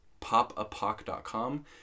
popapoc.com